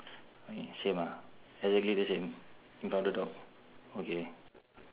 okay same ah exactly the same without the dog okay